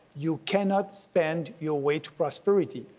you cannot spend your way to prosperity.